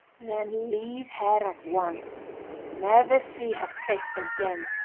then leave her at once never see her face again.